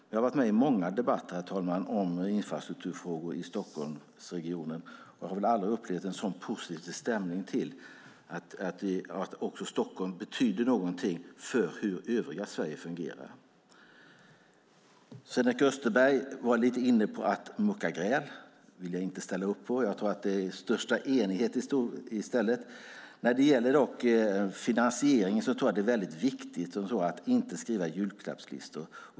Jag har varit med i många debatter, herr talman, om infrastrukturfrågor i Stockholmsregionen, och jag har väl aldrig upplevt en så positiv stämning till att också Stockholm betyder något för hur övriga Sverige fungerar. Sven-Erik Österberg var lite inne på att mucka gräl. Det vill jag inte ställa upp på. Jag tror att det råder största enighet. När det gäller finansieringen är det viktigt att inte skriva julklappslistor.